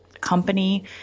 company